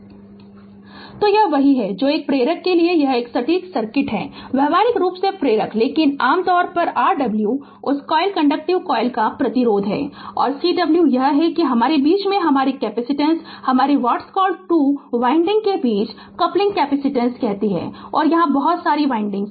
Refer Slide Time 1656 तो यह वही है जो एक प्रेरक के लिए यह सटीक सर्किट है व्यावहारिक रूप से प्रेरक लेकिन आम तौर पर R w उस कॉइल इंडक्टिव कॉइल का प्रतिरोध है और Cw यह है कि हमारे बीच में हमारा कैपेसिटेंस हमारे व्हाटकॉल 2 वाइंडिंग के बीच कपलिंग कैपेसिटेंस कहती है कि यहाँ बहुत सारी वाइंडिंग हैं